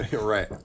Right